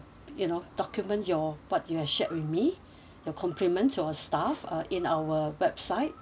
you know document your what you had shared with me the compliment our staff uh in our website